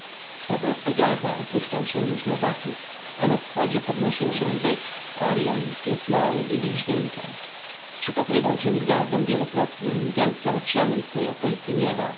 kwadrat pegaza opuszczał się już na zachód a na wschodzie podnosił się byk orion pies mały i bliźnięta przypatrywał się gwiazdom wielokrotnym gęsto rozsianym w tej okolicy nieba